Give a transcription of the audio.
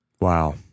Wow